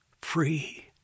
free